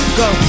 go